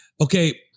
Okay